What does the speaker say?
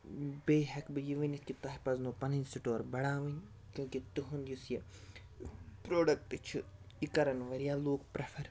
بیٚیہِ ہٮ۪کہٕ بہٕ یہِ ؤنِتھ کہِ تۄہہِ پَزنو پَنٕنۍ سٹور بَڑاوٕنۍ کیونکہ تُہُنٛد یُس یہِ پرٛوڈَکٹ چھِ یہِ کَرَن واریاہ لوٗکھ پرٛٮ۪فَر